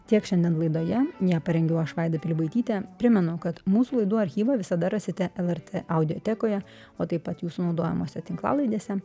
tiek šiandien laidoje ją parengiau aš vaida pilibaitytė primenu kad mūsų laidų archyvą visada rasite lrt audiotekoje o taip pat jūsų naudojamose tinklalaidėse